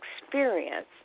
experience